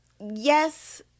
Yes